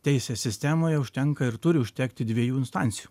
teisės sistemoje užtenka ir turi užtekti dviejų instancijų